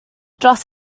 dros